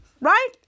right